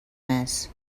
més